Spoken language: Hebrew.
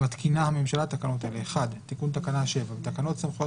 מתקינה הממשלה תקנות אלה: תיקון תקנה 71. בתקנות סמכויות